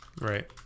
Right